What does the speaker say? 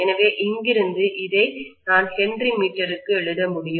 எனவே இங்கிருந்து இதை நான் ஹென்றி மீட்டருக்கு எழுத முடியும்